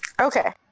Okay